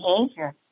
behavior